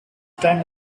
time